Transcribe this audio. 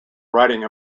writing